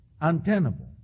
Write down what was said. untenable